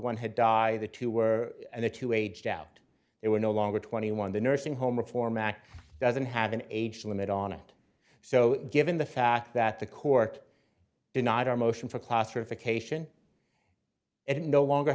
one had died the two were the two aged out there were no longer twenty one the nursing home reform act doesn't have an age limit on it so given the fact that the court denied our motion for classification and no longer